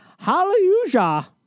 Hallelujah